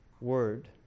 word